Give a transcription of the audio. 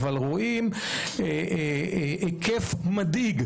רואים היקף מדאיג,